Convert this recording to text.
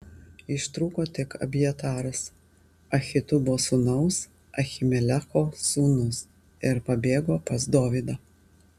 ištrūko tik abjataras ahitubo sūnaus ahimelecho sūnus ir pabėgo pas dovydą